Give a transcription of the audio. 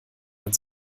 dann